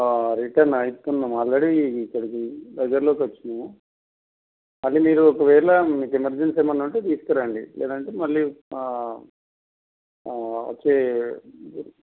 return అయితున్నాము already ఇక్కడకి దగ్గరలోకి వచ్చిన్నాం అది మీరు ఒకవేళ మీకు ఎమర్జెన్సీ ఏమన్న ఉంటే తీసుకురండి లేదంటే మళ్ళీ వచ్చి